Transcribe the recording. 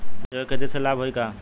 जैविक खेती से लाभ होई का?